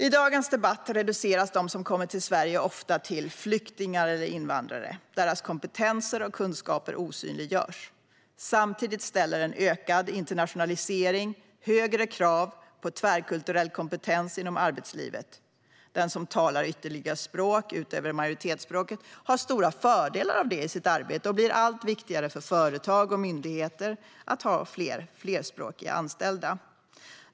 I dagens debatt reduceras de som kommer till Sverige ofta till flyktingar eller invandrare. Deras kompetenser och kunskaper osynliggörs. Samtidigt ställer en ökad internationalisering högre krav på tvärkulturell kompetens inom arbetslivet. Den som talar ytterligare språk utöver majoritetsspråket har stora fördelar av detta i sitt arbete, och det blir allt viktigare för företag och myndigheter att ha fler flerspråkiga anställda.